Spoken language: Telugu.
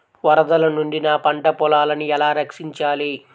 వరదల నుండి నా పంట పొలాలని ఎలా రక్షించాలి?